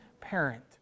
parent